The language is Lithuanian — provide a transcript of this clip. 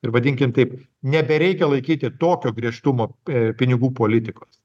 ir vadinkim taip nebereikia laikyti tokio griežtumo ir pinigų politikos